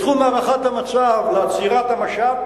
בתחום הערכת המצב לעצירת המשט,